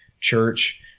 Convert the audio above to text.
church